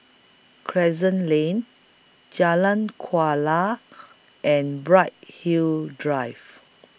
Crescent Lane Jalan Kuala and Bright Hill Drive